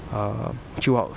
err throughout